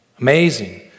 amazing